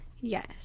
Yes